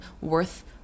worth